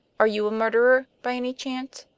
are you a murderer, by any chance?